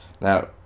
Now